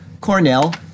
Cornell